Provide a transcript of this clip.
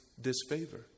disfavor